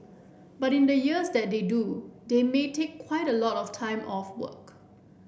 but in the years that they do they may take quite a lot of time off work